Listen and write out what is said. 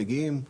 מגיעים,